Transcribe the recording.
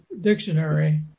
Dictionary